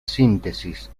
síntesis